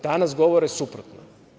Danas govore suprotno.